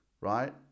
right